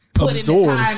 Absorb